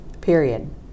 Period